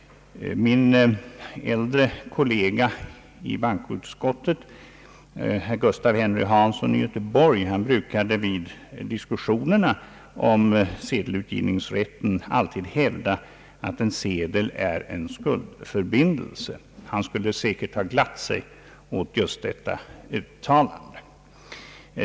En äldre kollega i bankoutskottet, herr Gustaf Henry Hansson i Göteborg, brukade vid diskussionerna om sedelutgivningsrätten alltid hävda att en sedel är en skuldförbindelse. Han skulle säkert ha glatt sig åt just detta uttalande.